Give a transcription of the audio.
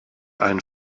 ein